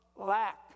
lack